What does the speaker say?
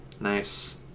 Nice